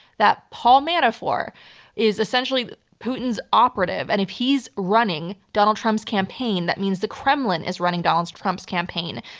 that paul manafort is essentially putin's operative. and if he's running donald trump's campaign, that means the kremlin is running donald trump's campaign.